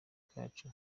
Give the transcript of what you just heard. kacu